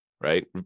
right